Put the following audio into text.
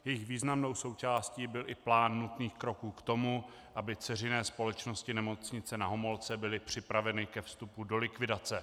Jejich významnou součástí byl i plán nutných kroků k tomu, aby dceřiné společnosti Nemocnice Na Homolce byly připraveny ke vstupu do likvidace.